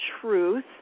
truth